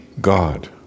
God